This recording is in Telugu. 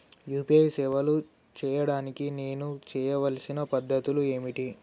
యూ.పీ.ఐ సేవలు చేయడానికి నేను చేయవలసిన పద్ధతులు ఏమిటి?